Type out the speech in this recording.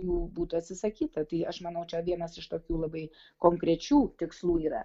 jų būtų atsisakyta tai aš manau čia vienas iš tokių labai konkrečių tikslų yra